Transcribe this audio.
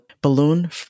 balloon